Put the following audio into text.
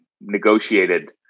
negotiated